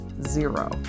Zero